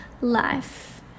life